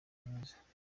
mwiza